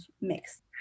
mix